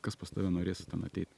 kas pas tave norės ten ateit